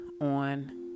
on